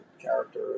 character